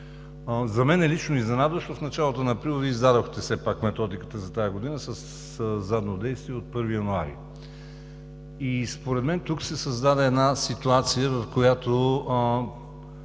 За мен лично е изненадващо, че в началото на април Вие издадохте все пак Методиката за тази година със задно действие – от 1 януари, и според мен тук се създаде една ситуация, в която